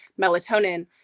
melatonin